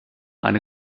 eine